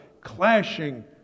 clashing